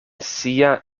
sia